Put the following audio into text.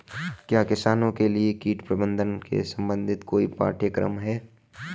क्या किसानों के लिए कीट प्रबंधन से संबंधित कोई पाठ्यक्रम है?